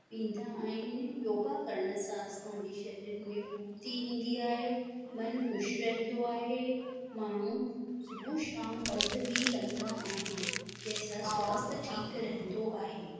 ईंदा आहिनि योगा करण सां असांजे शरीर में फ़ुर्ती ईंदी आहे मन ख़ुशि रहंदो आहे माण्हू सुबुह शाम पंध बि कंदा आहिनि जंहिंसां स्वास्थ्य ठीकु रहंदो आहे